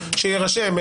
שיירשם,